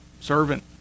servant